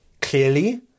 clearly